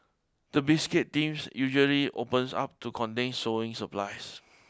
the biscuit tins usually opens up to contain sowing supplies